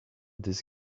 this